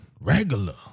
regular